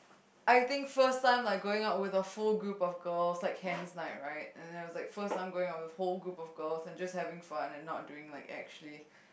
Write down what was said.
I think first time I'm going out with a full group of girls like hens night right first time going out with a whole group of girls just having fun and not doing actually